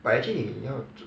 but actually 你要